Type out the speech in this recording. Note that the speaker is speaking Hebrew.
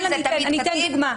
אני אתן דוגמה.